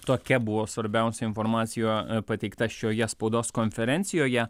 tokia buvo svarbiausia informacija pateikta šioje spaudos konferencijoje